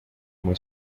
muy